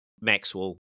Maxwell